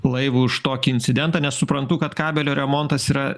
laivui už tokį incidentą nes suprantu kad kabelio remontas yra